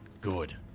good